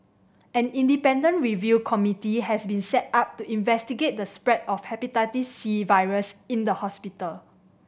an independent review committee has been set up to investigate the spread of the Hepatitis C virus in the hospital